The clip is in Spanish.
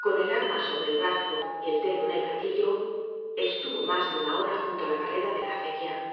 con el arma sobre el brazo y el dedo en el gatillo estuvo más de una hora junto á la barrera de la acequia